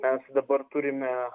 mes dabar turime